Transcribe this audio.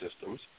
systems